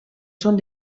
són